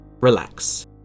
relax